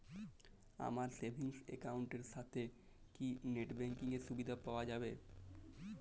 আমার savings account এর সাথে কি নেটব্যাঙ্কিং এর সুবিধা পাওয়া যাবে?